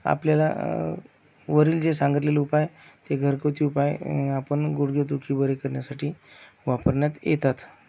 आपल्याला वरील जे सांगतलेले उपाय ते घरगुती उपाय आपण गुडघेदुखी बरी करण्यासाठी वापरण्यात येतात